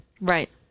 Right